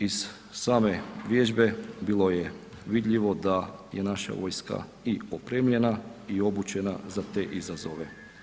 Iz same vježbe bilo je vidljivo da je naša vojska i opremljena i obučena za te izazove.